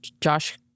Josh